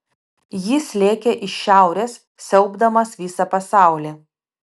jis lėkė iš šiaurės siaubdamas visą pasaulį